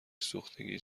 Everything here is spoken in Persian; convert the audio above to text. سوختگی